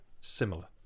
Similar